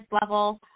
level